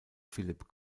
philipp